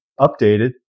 updated